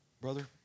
Brother